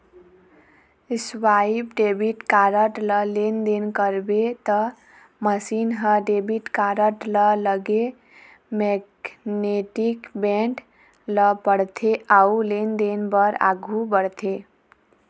swipe debit card म लेनदेन करबे त मसीन ह डेबिट कारड म लगे मेगनेटिक बेंड ल पड़थे अउ लेनदेन बर आघू बढ़थे